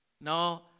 No